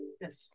Yes